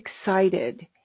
excited